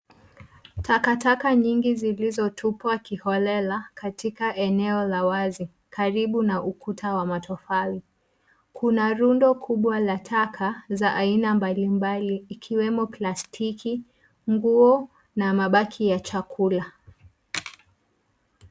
Takataka nyingi zilizotupwa kiholela katika eneo la wazi karibu na ukuta wa matofali. Kuna rundo kubwa la taka za aina mbalimbali ikiwemo plastiki, nguo na mabaki ya chakula.